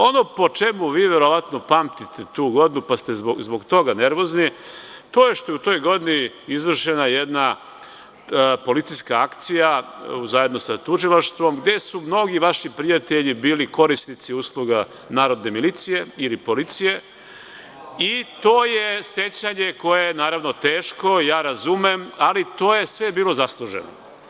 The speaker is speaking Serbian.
Ono po čemu vi verovatno pamtite tu godinu, pa ste zbog toga nervozni, to je što je u toj godini izvršena jedna policijska akcija, zajedno sa tužilaštvom, gde su mnogi vaši prijatelji bili korisnici usluga narodne milicije ili policije i to je sećanje koje je naravno teško, razumem, ali to je sve bilo zasluženo.